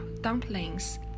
dumplings